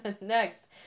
Next